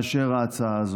מאשר ההצעה הזאת.